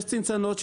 יש צנצנות,